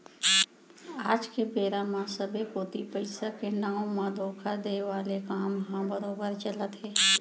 आज के बेरा म सबे कोती पइसा के नांव म धोखा देय वाले काम ह बरोबर चलत हे